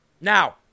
Now